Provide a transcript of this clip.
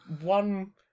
one